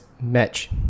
match